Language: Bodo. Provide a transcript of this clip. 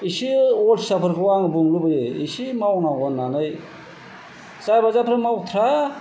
इसे अलसियाफोरखौ आं बुंनो लुबैयो इसे मावनांगौ होननानै जाबा दाजा मावथारा